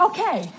Okay